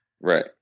Right